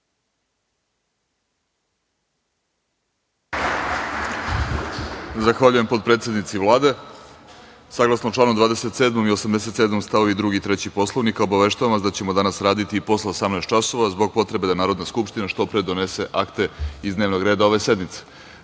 Zahvaljujem potpredsednici Vlade. Saglasno članu 27. i 88. st. 2. i 3. Poslovnika, obaveštavam vas da ćemo danas raditi i posle 18,00 časova zbog potrebe da Narodna skupština što pre donese akte iz dnevnog reda ove sednice. Reč